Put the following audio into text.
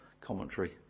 commentary